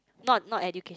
not not education